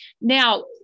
Now